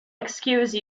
excuse